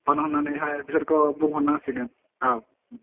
phone हरनानैहाय बिसोरखौ बुंहरनांसिगोन औ